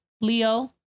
Leo